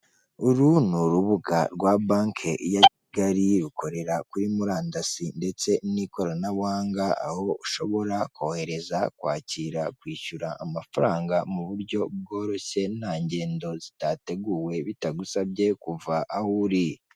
Uru ni rubuga rwa banki ya Kigali, rukorera kuri murandasi ndetse n'ikoranabuhanga, aho ushobora kohereza, kwakira, kwishyura amafaranga mu buryo bworoshye, nta ngendo zitateguwe, bitagusabye kuva aho uri.